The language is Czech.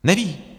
Neví.